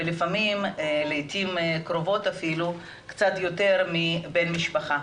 ולעתים קרובות אפילו קצת יותר מבן משפחה.